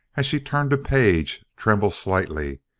as she turned a page, tremble slightly.